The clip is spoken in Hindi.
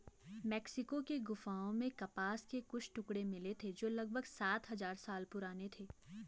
मेक्सिको की गुफाओं में कपास के कुछ टुकड़े मिले थे जो लगभग सात हजार साल पुराने थे